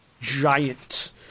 giant